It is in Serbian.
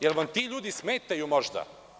Da li vam ti ljudi smetaju možda?